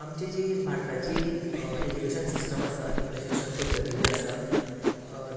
आमची जी भारताची ऍजूकेशन सिस्टम आसा शिक्षण पध्दती जी आसा